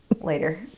later